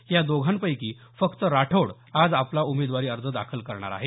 या दोघांपैकी फक्त राठोड आज आपला उमेदवारी अर्ज दाखल करणार आहेत